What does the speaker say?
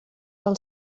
del